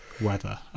weather